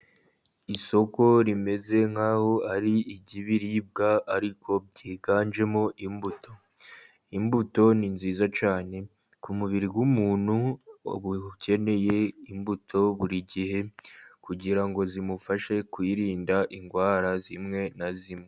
Isoko rimeze nk'aho ari iry'ibiribwa, ariko byiganjemo imbuto. Imbuto ni nziza cyane ku mubiri w'umuntu ukeneye imbuto buri gihe kugira ngo zimufashe kwirinda indwara zimwe na zimwe.